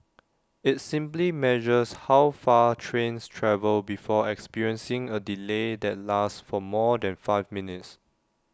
IT simply measures how far trains travel before experiencing A delay that lasts for more than five minutes